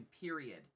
period